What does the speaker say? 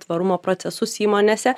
tvarumo procesus įmonėse